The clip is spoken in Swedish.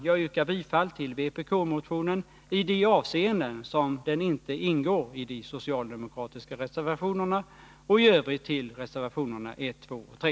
Jag yrkar bifall till vpbk-motionen i de delar som dess yrkanden inte tillgodoses genom de socialdemokratiska reservationerna och i övrigt bifall till reservationerna 1, 2 och 3.